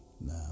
now